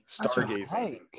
stargazing